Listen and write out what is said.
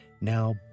now